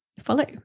follow